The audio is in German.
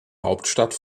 hauptstadt